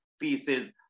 pieces